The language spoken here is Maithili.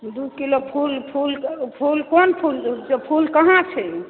दू किलो फूल फूल क़ोन फूल फूल कहाँ छै